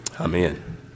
Amen